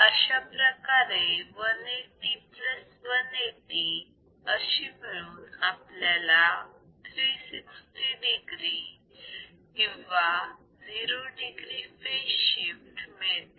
अशाप्रकारे 180 plus 180 अशी मिळून आपल्याला 360 degree किंवा 0 degree फेज शिफ्ट मिळते